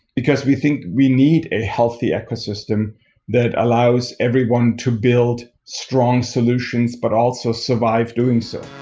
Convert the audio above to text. because we think we need a healthy echo system that allows everyone to build strong solutions, but also survive doing so.